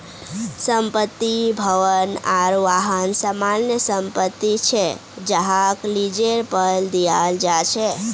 संपत्ति, भवन आर वाहन सामान्य संपत्ति छे जहाक लीजेर पर दियाल जा छे